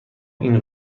این